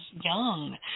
young